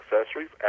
accessories